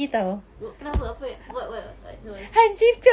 what kenapa apa ya~ what what what was